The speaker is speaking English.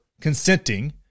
consenting